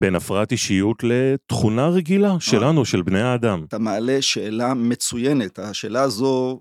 בין הפרעת אישיות לתכונה רגילה שלנו, של בני האדם. אתה מעלה שאלה מצוינת, השאלה זו...